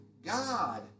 God